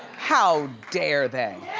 how dare they?